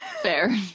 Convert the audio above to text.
Fair